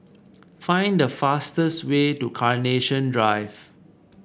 find the fastest way to Carnation Drive